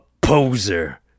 poser